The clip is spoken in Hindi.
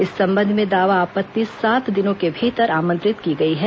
इस संबंध में दावा आपत्ति सात दिनों के भीतर आमंत्रित की गई है